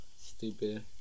Stupid